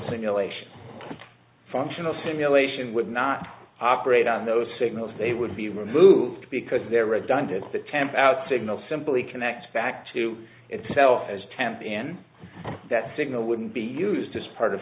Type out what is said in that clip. simulation functional simulation would not operate on those signals they would be removed because they're redundant that temp out signal simply connect back to itself as temp in that signal wouldn't be used as part of